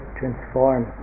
transform